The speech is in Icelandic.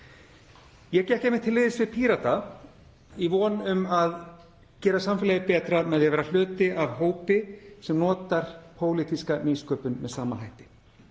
Ég gekk til liðs við Pírata í von um að gera samfélagið betra með því að vera hluti af hópi sem notar pólitíska nýsköpun með sama hætti.